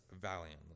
valiantly